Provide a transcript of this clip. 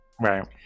Right